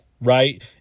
right